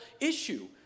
issue